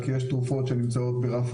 כי יש תרופות שנמצאות ברף